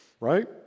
right